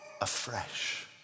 afresh